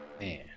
Man